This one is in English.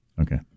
Okay